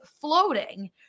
floating